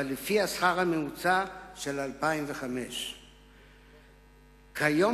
אבל לפי השכר הממוצע של 2005. כיום